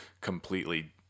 completely